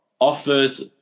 offers